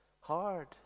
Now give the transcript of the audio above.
hard